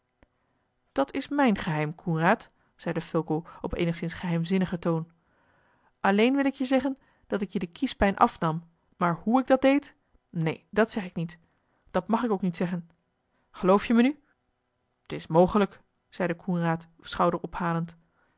dat is mijn geheim coenraad zeide fulco op eenigszins geheimzinnigen toon alleen wil ik je zeggen dat ik je de kiespijn afnam maar hoe ik dat deed heen dat zeg ik niet dat mag ik ook niet zeggen geloof je me nu t is mogelijk zeide coenraad schouderophalend